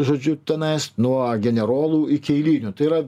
žodžiu tenais nuo generolų iki eilinių tai yra